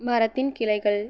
மரத்தின் கிளைகள்